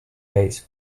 peace